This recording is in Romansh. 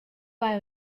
hai